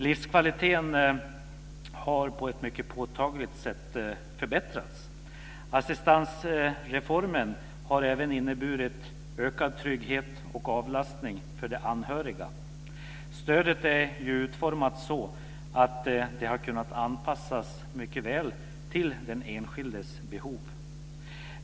Livskvaliteten har på ett mycket påtagligt sätt förbättrats. Assistansreformen har även inneburit ökad trygghet och avlastning för de anhöriga. Stödet är ju utformat så, att det har kunnat anpassas mycket väl till den enskildes behov.